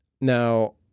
Now